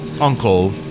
uncle